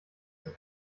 zur